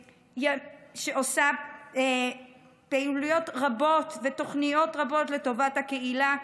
שעושה פעילויות רבות ותוכניות רבות לטובת הקהילה,